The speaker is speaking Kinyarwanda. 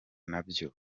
nabyo